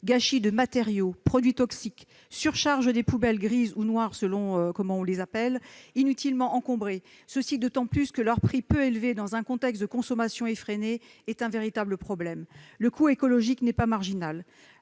gâchis de matériaux, produits toxiques, surcharge des poubelles grises ou noires, selon les cas, inutilement encombrées, d'autant plus que leur prix peu élevé dans un contexte de consommation effrénée est un véritable problème. Le coût écologique n'est pas marginal.